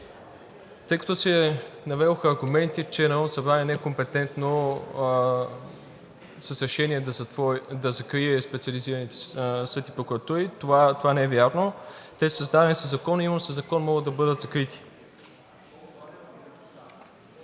Тъй като се наведоха аргументи, че Народното събрание не е компетентно с решение да закрие специализираните съд и прокуратура, това не е вярно. Те са създадени със закон и именно със закон могат да бъдат закрити.